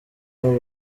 abo